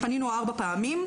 פנינו ארבע פעמים,